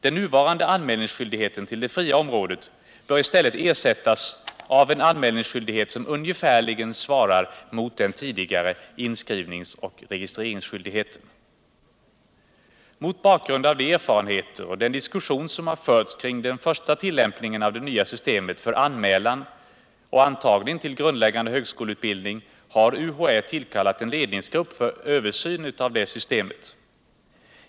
Den nuvarande anmälningsskyldigheten till det fria området bör i stället ersättas av en anmälningsskyldighet, som ungefärligen svarar mot den tidigare inskrivnings och registreringsskyldigheten. Mot bakgrund av de erfarenheter och den diskussion som har förts kring den första tillämpningen av det nya systemet för anmälan och antagning till grundläggande högskoleutbildning har UHÄ tillkallat en ledningsgrupp för översyn av detta system.